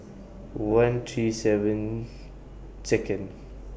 one three seven Second